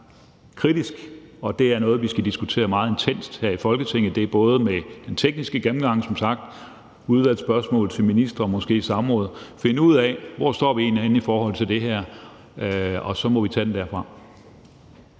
kritisk, og det er noget, vi skal diskutere meget intenst her i Folketinget. Det er både med den tekniske gennemgang, som sagt, og med udvalgsspørgsmål til ministre og måske med samråd for at finde ud af, hvor vi egentlig står henne i forhold til det her, og så må vi tage den derfra.